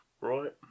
Right